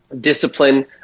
discipline